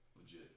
Legit